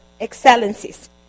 excellencies